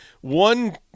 One